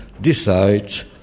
decides